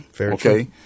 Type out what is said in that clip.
okay